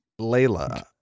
Layla